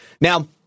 Now